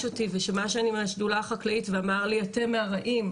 אותי ושמע שאני מהשדולה החקלאית ואמר לי אתם מהרעים,